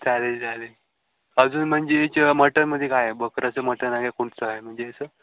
चालेल चालेल अजून म्हणजेच मटनमध्ये काय बकराचं मटन आहे का कोणाचं आहे म्हणजे असं